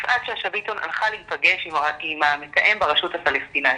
יפעת שאשא ביטון הלכה להיפגש עם המתאם ברשות הפלסטינית.